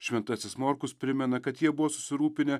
šventasis morkus primena kad jie buvo susirūpinę